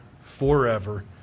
forever